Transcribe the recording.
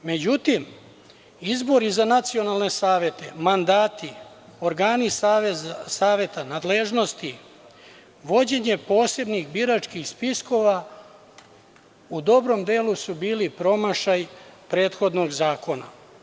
Međutim, izbori za nacionalne savete, mandati, organi saveta, nadležnosti, vođenje posebnih biračkih spiskova u dobrom delu su bili promašaj prethodnog zakona.